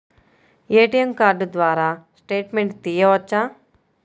ATM card ద్వారా statement తీయవచ్చా?